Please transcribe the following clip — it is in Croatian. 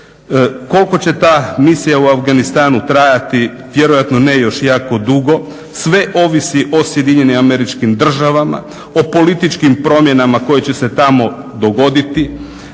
Koliko će ta Misija u Afganistanu trajati? Vjerojatno ne još jako dugo. Sve ovisi o SAD o političkim promjenama koje će se tamo dogoditi.